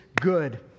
good